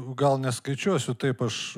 gal neskaičiuosiu taip aš